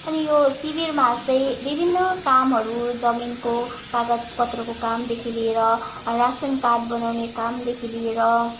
अनि यो शिविरमा चाहिँ विभिन्न कामहरू जमिनको कागजपत्रको कामदेखि लिएर रासन कार्ड बनाउने कामदेखि लिएर